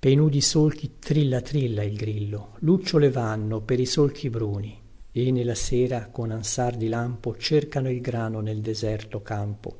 pei nudi solchi trilla trilla il grillo lucciole vanno per i solchi bruni e nella sera con ansar di lampo cercano il grano nel deserto campo